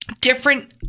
different